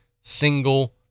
single